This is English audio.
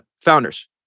Founders